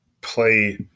play